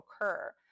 occur